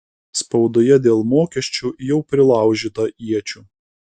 spaudoje dėl mokesčių jau prilaužyta iečių